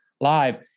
live